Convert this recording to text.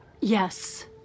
Yes